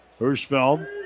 Hirschfeld